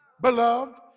beloved